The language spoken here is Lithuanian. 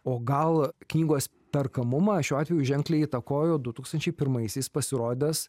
o gal knygos perkamumą šiuo atveju ženkliai įtakojo du tūkstančiai pirmaisiais pasirodęs